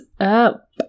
up